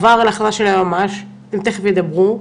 עבר להחלטה של היועמ"ש, והם תיכף ידברו.